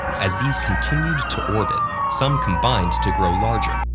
as these continued to orbit, some combined to grow larger,